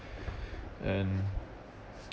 and